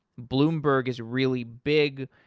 bloomberg is really big.